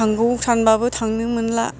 थांगौ सानबाबो थांनो मोनला